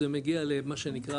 זה מגיע למה שנקרא,